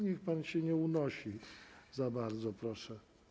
Niech pan się nie unosi za bardzo, proszę.